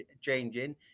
changing